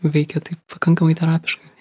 veikia taip pakankamai terapiškai